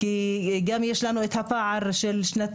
כי יש לנו גם את פער הקורונה של שנתיים.